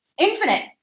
infinite